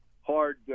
hard